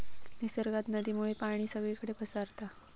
निसर्गात नदीमुळे पाणी सगळीकडे पसारता